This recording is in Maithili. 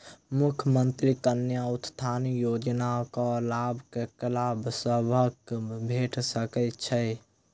मुख्यमंत्री कन्या उत्थान योजना कऽ लाभ ककरा सभक भेट सकय छई?